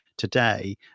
today